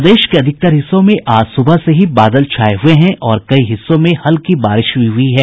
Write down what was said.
प्रदेश के अधिकतर हिस्सों में आज सुबह से ही बादल छाये हुए हैं और कई हिस्सों में हल्की बारिश भी हुई है